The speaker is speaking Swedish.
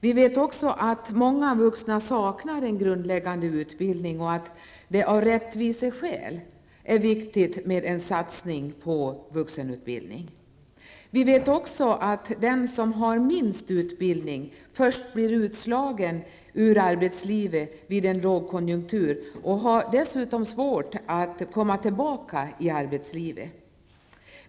Vi vet också att många vuxna saknar en grundläggande utbildning. Av rättviseskäl är det därför viktigt med en satsning på vuxenutbildning. Vi vet också att den som har minst utbildning först blir utslagen ur arbetslivet vid en lågkonjunktur och dessutom har svårt att komma tillbaka till arbetslivet.